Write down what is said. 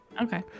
Okay